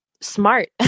smart